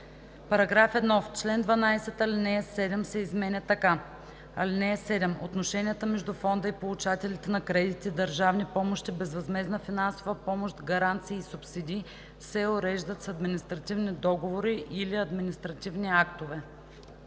§ 1: „§ 1. В чл. 12 ал. 7 се изменя така: „(7) Отношенията между фонда и получателите на кредити, държавни помощи, безвъзмездна финансова помощ, гаранции и субсидии се уреждат с административни договори или административни актове.“